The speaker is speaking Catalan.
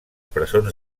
presons